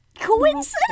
Coincidence